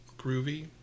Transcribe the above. groovy